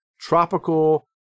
tropical